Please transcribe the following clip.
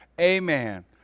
Amen